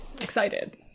excited